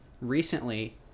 recently